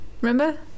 remember